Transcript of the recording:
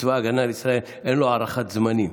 בצבא ההגנה לישראל אין הערכת זמנים.